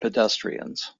pedestrians